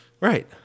Right